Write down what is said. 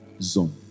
zone